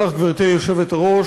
גברתי היושבת-ראש,